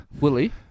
Willie